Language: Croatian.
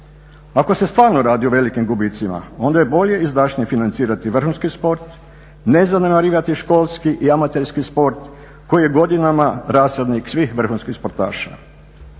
Ako se stvarno radi o velikim gubicima, onda je bolje i izdašnije financirati vrhunski sport, ne zanemarivati školski i amaterski sport koji je godinama rasadnik svih vrhunskih sportaša.